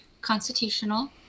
constitutional